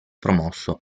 promosso